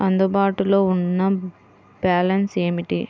అందుబాటులో ఉన్న బ్యాలన్స్ ఏమిటీ?